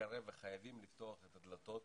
להתקרב וחייבים לפתוח את הדלתות